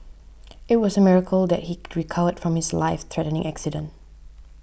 it was a miracle that he recovered from his life threatening accident